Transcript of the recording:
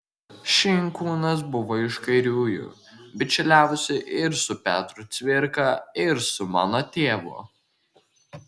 šinkūnas buvo iš kairiųjų bičiuliavosi ir su petru cvirka ir su mano tėvu